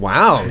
Wow